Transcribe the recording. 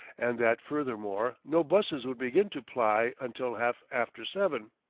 and that, furthermore, no busses would begin to ply until half after seven.